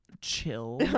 chill